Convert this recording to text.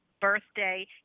birthday